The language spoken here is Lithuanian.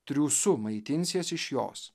triūsu maitinsies iš jos